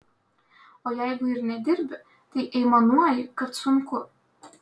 o jeigu ir nedirbi tai aimanuoji kad sunku